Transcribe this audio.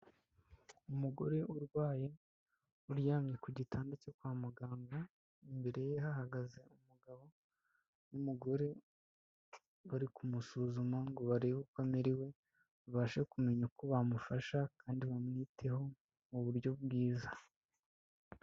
Umugore urwaye, uryamye ku gitanda cyo kwa muganga, imbere ye hahagaze umugabo n'umugore, bari kumusuzuma ngo barebe uko amerewe, babashe kumenya uko bamufasha kandi bamwiteho mu buryo bwiza.